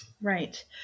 Right